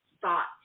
thought